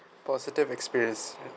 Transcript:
positive experience